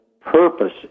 purpose